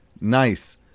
Nice